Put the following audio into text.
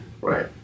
Right